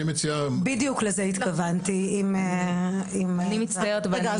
בדיוק לזה התכוונתי --- רגע,